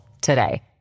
today